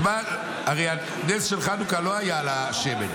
הרי הנס של חנוכה לא היה על השמן.